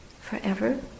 forever